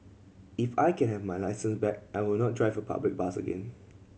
if I can have my licence back I will not drive a public bus again